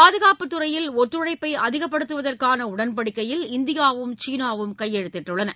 பாதுகாப்புத் துறையில் ஒத்துழைப்பை அதிகப்படுத்துவதற்கான உடன்படிக்கையில் இந்தியாவும் சீனாவும் கையெழுத்திட்டுள்ளன